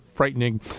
frightening